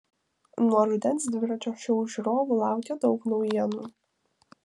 nuo rudens dviračio šou žiūrovų laukia daug naujienų